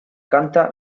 canta